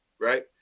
right